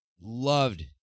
loved